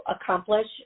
accomplish